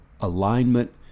alignment